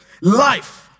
life